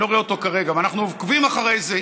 אני לא רואה אותו כרגע, אנחנו עוקבים אחרי זה.